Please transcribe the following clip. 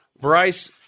Bryce